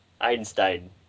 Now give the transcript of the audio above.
Einstein